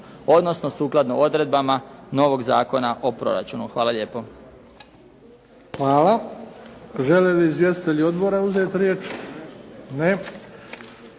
odnosno sukladno odredbama novog Zakona o proračunu. Hvala lijepo. **Bebić, Luka (HDZ)** Hvala. Želi li izvjestitelj odbora uzeti riječ? Ne.